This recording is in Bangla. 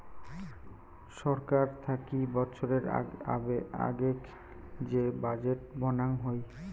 ছরকার থাকি বৎসরের আগেক যে বাজেট বানাং হই